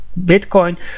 Bitcoin